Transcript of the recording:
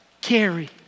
carry